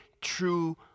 true